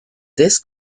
this